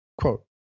quote